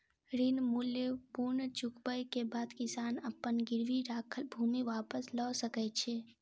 ऋण मूल्य पूर्ण चुकबै के बाद किसान अपन गिरवी राखल भूमि वापस लअ सकै छै